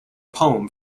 poem